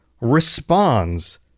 responds